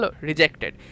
rejected